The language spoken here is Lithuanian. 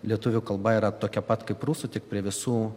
lietuvių kalba yra tokia pat kaip rusų tik prie visų